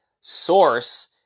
source